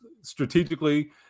strategically